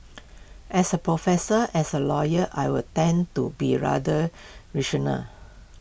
as A professor as A lawyer I would tend to be rather rational